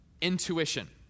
intuition